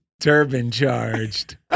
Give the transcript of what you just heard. turban-charged